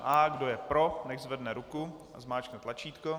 Kdo je pro, nechť zvedne ruku a zmáčkne tlačítko.